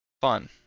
fun